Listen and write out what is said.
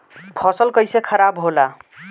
फसल कैसे खाराब होला?